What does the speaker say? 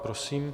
Prosím.